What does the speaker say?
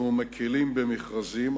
אנחנו מקלים במכרזים,